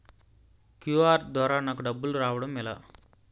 QR ద్వారా నాకు డబ్బులు రావడం ఎలా?